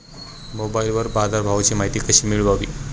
मोबाइलवर बाजारभावाची माहिती कशी मिळवावी?